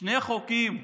שני חוקים,